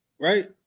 right